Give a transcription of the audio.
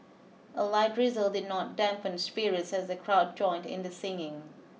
a light drizzle did not dampen spirits as the crowd joined in the singing